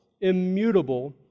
immutable